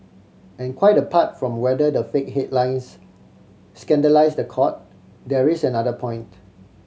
and quite apart from whether the fake headlines scandalise the Court there is another point